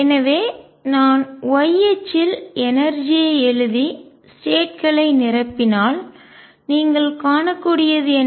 எனவே நான் y அச்சில் எனர்ஜி ஐ ஆற்றல் எழுதி ஸ்டேட் களை நிரப்பினால்நீங்கள் காணக்கூடியது என்ன